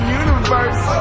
universe